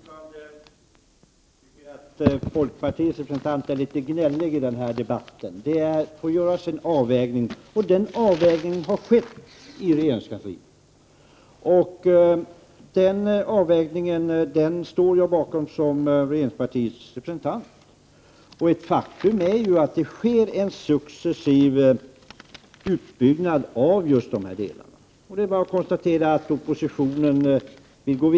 Herr talman! Jag tycker att folkpartiets representant är litet gnällig i den här debatten. Det måste göras en avvägning, och den avvägningen har skett i regeringskansliet. Den avvägningen står jag bakom såsom regeringspartiets representant. Faktum är att det sker en successiv utbyggnad i just de här delarna. Det är bara att konstatera att oppositionen vill gå